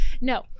No